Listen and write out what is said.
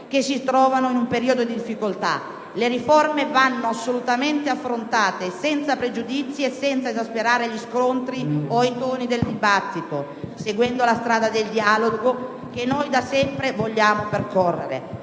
che si trovano in un periodo di difficoltà. Le riforme vanno assolutamente affrontate senza pregiudizi e senza esasperare gli scontri o i toni del dibattito, seguendo la strada del dialogo, che da sempre vogliamo percorrere.